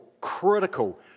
critical